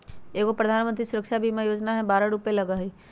एगो प्रधानमंत्री सुरक्षा बीमा योजना है बारह रु लगहई?